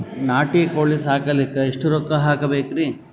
ನಾಟಿ ಕೋಳೀ ಸಾಕಲಿಕ್ಕಿ ಎಷ್ಟ ರೊಕ್ಕ ಹಾಕಬೇಕ್ರಿ?